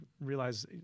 realize